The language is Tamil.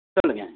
சொல்லுங்கள்